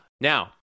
Now